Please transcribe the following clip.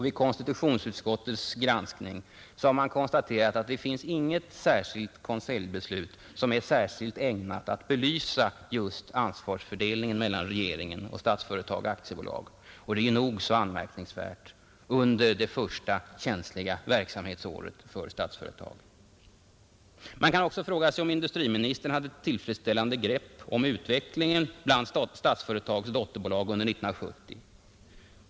Vid konstitutionsutskottets granskning har konstaterats att det inte finns något konseljbeslut under 1970 som är särskilt ägnat att belysa just ansvarsfördelningen mellan regeringen och Statsföretag AB. Det är nog så anmärkningsvärt under det första känsliga verksamhetsåret för Statsföretag. Vidare kan man fråga sig om industriministern hade ett tillfredsställande grepp över utvecklingen inom Statsföretags dotterbolag under 1970.